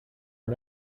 are